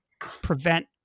prevent